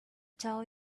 tell